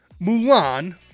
Mulan